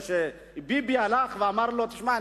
כאשר ביבי הלך ואמר לו: שמע,